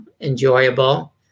enjoyable